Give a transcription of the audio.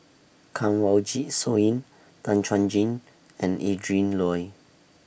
Kanwaljit Soin Tan Chuan Jin and Adrin Loi